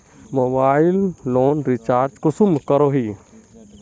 Mobile लोत recharge कुंसम करोही?